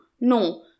No